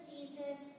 Jesus